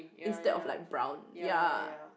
instead of like brown ya